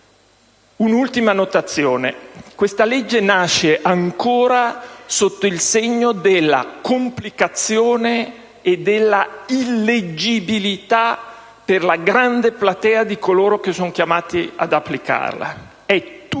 Un'ultima notazione. Questa legge nasce ancora sotto il segno della complicazione e della illeggibilità per la grande platea di coloro che sono chiamati ad applicarla. È tutta